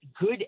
good